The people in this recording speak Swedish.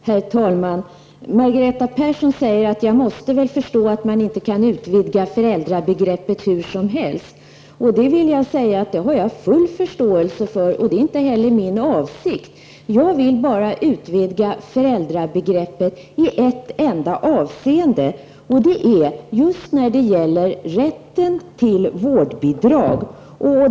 Herr talman! Margareta Persson säger att jag måste förstå att man inte kan utvidga familjebegreppet hur som helst. Det har jag full förståelse för och det är inte heller min avsikt. Jag vill bara utvidga föräldrabegreppet i ett enda avseende, och det är just när det gäller rätten till vårdbidrag.